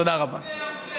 תודה רבה.